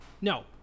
no